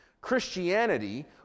Christianity